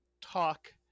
talk